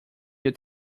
your